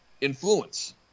influence